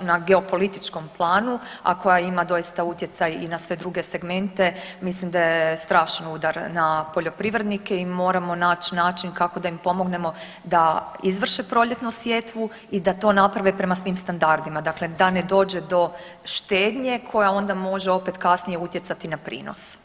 na geopolitičkom planu, a koja ima doista utjecaj i na sve druge segmente mislim da je strašni udar na poljoprivrednike i moramo naći način kako da im pomognemo da izvrše proljetnu sjetvu i da to naprave prema svim standardima, dakle da ne dođe do štednje koja onda može opet kasnije utjecati na prinos.